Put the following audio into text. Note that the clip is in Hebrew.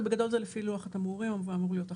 אבל בגדול זה לפי לוח התמרורים ואמור להיות אחיד.